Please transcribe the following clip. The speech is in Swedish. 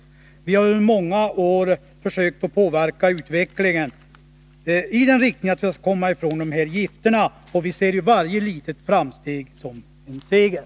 Vi har ju i många år försökt påverka utvecklingen i den riktningen att man skall komma ifrån gifterna, och vi ser varje litet framsteg som en seger.